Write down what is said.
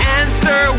answer